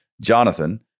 Jonathan